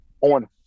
on